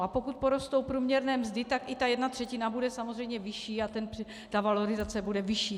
A pokud porostou průměrné mzdy, tak i ta jedna třetina bude samozřejmě vyšší a ta valorizace bude vyšší.